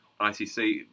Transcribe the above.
icc